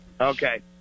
Okay